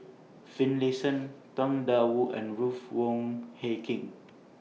Finlayson Tang DA Wu and Ruth Wong Hie King